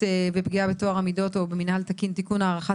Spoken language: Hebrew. ופגיעה בטוהר המידות או במינהל התקין) (תיקון הארכת